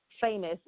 famous